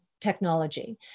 technology